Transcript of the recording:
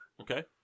Okay